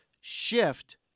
shift